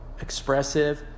expressive